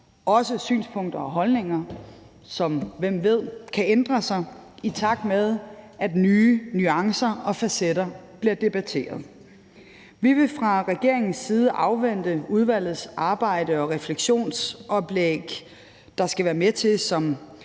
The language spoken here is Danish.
også synspunkter og holdninger, som – hvem ved – kan ændre sig, i takt med at nye nuancer og facetter bliver debatteret. Vi vil fra regeringens side afvente udvalgets arbejde og refleksionsoplæg, der som bekendt skal